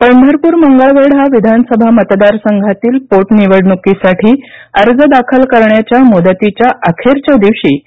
पंढरपर निवडणक पंढरपूर मगळवेढा विधानसभा मतदारसंघातील पोट निवडणुकीसाठी अर्ज दाखल करण्याच्या मुदतीच्या अखेरच्या दिवशी